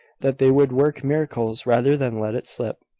that they would work miracles rather than let it slip.